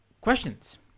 questions